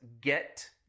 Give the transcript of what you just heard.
get